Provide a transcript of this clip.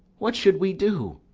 what should we do?